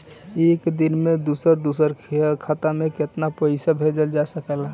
एक दिन में दूसर दूसर खाता में केतना पईसा भेजल जा सेकला?